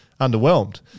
underwhelmed